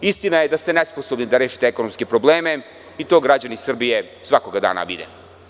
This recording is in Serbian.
Istina je da ste nesposobni da rešite ekonomske probleme i to građani Srbije svakog dana vide.